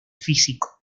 físico